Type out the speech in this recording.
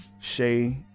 Shay